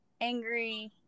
angry